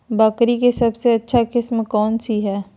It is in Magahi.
बकरी के सबसे अच्छा किस्म कौन सी है?